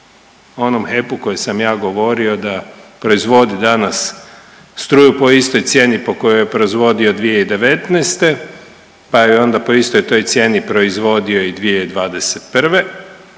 onom HEP-u koji sam ja govorio da proizvodi danas struju po istoj cijeni po kojoj je proizvodio 2019., pa je onda po istoj toj cijeni proizvodio i 2021.,